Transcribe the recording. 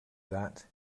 that